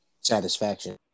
satisfaction